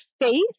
faith